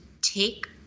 take